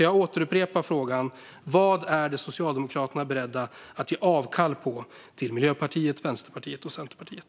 Jag upprepar frågan: Vad är Socialdemokraterna beredda att ge avkall på till Miljöpartiet, Vänsterpartiet och Centerpartiet?